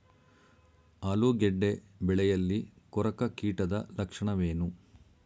ಆಲೂಗೆಡ್ಡೆ ಬೆಳೆಯಲ್ಲಿ ಕೊರಕ ಕೀಟದ ಲಕ್ಷಣವೇನು?